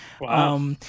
Wow